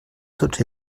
tots